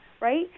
right